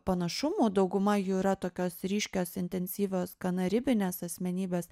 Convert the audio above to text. panašumų dauguma jų yra tokios ryškios intensyvios gana ribinės asmenybės